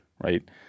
right